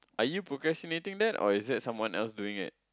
are you procrastinating that or is that someone doing it